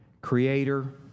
creator